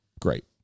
great